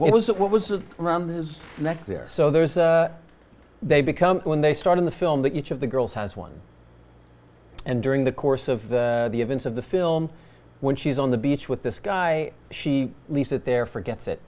what was that what was around his neck there so there's they become when they start in the film that each of the girls has one and during the course of the events of the film when she's on the beach with this guy she leaves it there forgets it